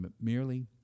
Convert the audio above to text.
Merely